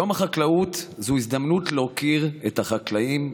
יום החקלאות הוא הזדמנות להוקיר את החקלאים,